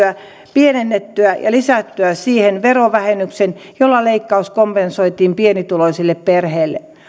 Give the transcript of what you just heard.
pienennettyä ja lisättyä siihen verovähennyksen jolla leikkaus kompensoitiin pienituloisille perheille